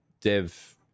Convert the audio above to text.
dev